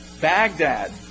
Baghdad